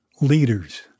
leaders